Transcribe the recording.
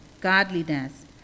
godliness